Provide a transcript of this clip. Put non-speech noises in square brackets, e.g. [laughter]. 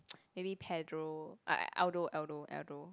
[noise] maybe Pedro uh Aldo Aldo Aldo